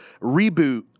reboot